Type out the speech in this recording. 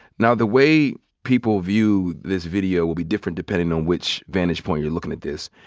now the way people view this video will be different depending on which vantage point you're looking at this.